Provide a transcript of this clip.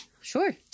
sure